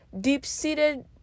deep-seated